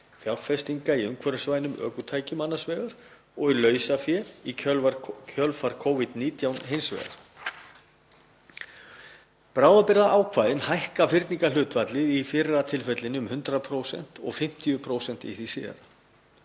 fjárfestinga í umhverfisvænum ökutækjum annars vegar og lausafé í kjölfar Covid-19 hins vegar. Bráðabirgðaákvæðin hækka fyrningarhlutfallið í fyrra tilfellinu um 100% og 50% í því síðara.